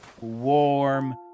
warm